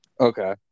Okay